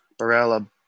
Barella